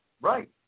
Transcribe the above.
Right